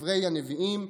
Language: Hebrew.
וכדברי הנביאים: